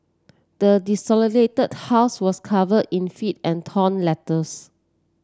the desolated house was covered in filth and torn letters